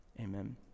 amen